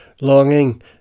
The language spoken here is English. longing